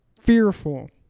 fearful